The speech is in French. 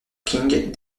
king